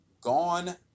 gone